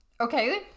Okay